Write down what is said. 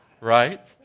right